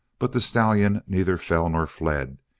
but the stallion neither fell nor fled,